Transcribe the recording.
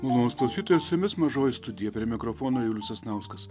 malonūs klausytojai su jumis mažoji studija prie mikrofono julius sasnauskas